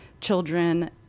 children